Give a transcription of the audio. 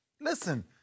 Listen